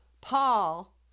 Paul